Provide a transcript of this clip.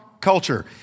culture